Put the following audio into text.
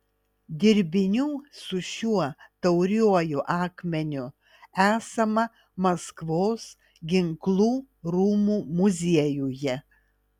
dirbinių su šiuo tauriuoju akmeniu esama maskvos ginklų rūmų muziejuje